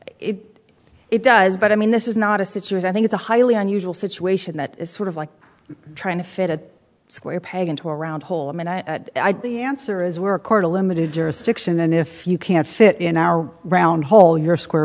if it does but i mean this is not a situation i think it's a highly unusual situation that is sort of like trying to fit a square peg into a round hole and i answer is were a court a limited jurisdiction and if you can't fit in our round hole your square